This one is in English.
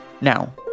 Now